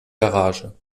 garage